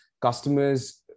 customers